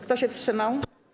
Kto się wstrzymał?